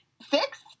Six